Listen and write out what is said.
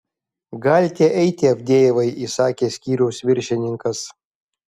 galite eiti avdejevai įsakė skyriaus viršininkas